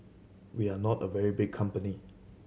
we are not a very big company